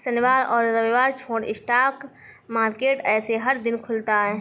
शनिवार और रविवार छोड़ स्टॉक मार्केट ऐसे हर दिन खुलता है